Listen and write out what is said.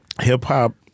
hip-hop